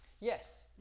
Yes